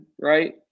right